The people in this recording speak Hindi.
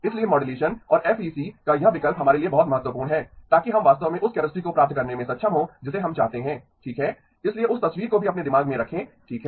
इसलिए मॉड्यूलेशन और एफईसी का यह विकल्प हमारे लिए बहुत महत्वपूर्ण है ताकि हम वास्तव में उस कैपेसिटी को प्राप्त करने में सक्षम हो जिसे हम चाहते हैं ठीक है इसलिए उस तस्वीर को भी अपने दिमाग में रखें ठीक है